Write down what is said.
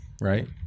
right